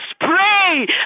pray